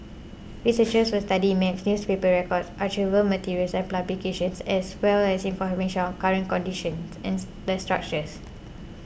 researchers will study maps newspaper records archival materials and publications as well as information on current conditions and the structures